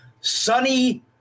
sunny